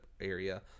area